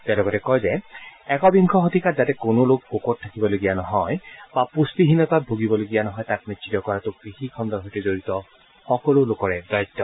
তেওঁ লগতে কয় যে একবিংশ শতিকাত যাতে কোনো লোক ভোকত থাকিবলগীয়া নহয়া বা পুষ্টিহীনতাত ভুগিবলগীয়া নহয় তাক নিশ্চিত কৰাটো কৃষি খণ্ডৰ সৈতে জৰিত সকলো লোকৰে দায়িত্ব